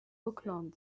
auckland